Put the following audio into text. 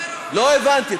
לא הבנתי.